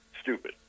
Stupid